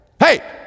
hey